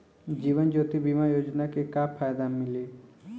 जीवन ज्योति बीमा योजना के का फायदा मिली?